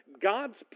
God's